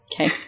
Okay